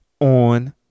on